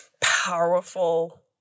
powerful